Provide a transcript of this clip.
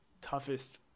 toughest